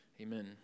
Amen